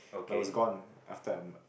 but it was gone after I'm